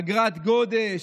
אגרת גודש,